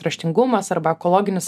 raštingumas arba ekologinis